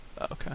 Okay